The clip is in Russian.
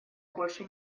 больше